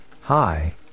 hi